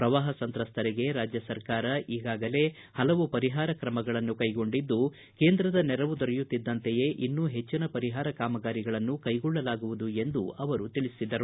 ಪ್ರವಾಪ ಸಂತ್ರಸ್ತರಿಗೆ ರಾಜ್ಯ ಸರ್ಕಾರ ಈಗಾಗಲೇ ಹಲವು ಪರಿಹಾರ ಕ್ರಮಗಳನ್ನು ಕೈಗೊಂಡಿದ್ದು ಕೇಂದ್ರದ ನೆರವು ದೊರೆಯುತ್ತಿದ್ದಂತೆ ಇನ್ನೂ ಹೆಚ್ಚಿನ ಪರಿಹಾರ ಕಾಮಗಾರಿಗಳನ್ನು ಕೈಗೊಳ್ಳಲಾಗುವುದು ಎಂದು ಅವರು ತಿಳಿಸಿದರು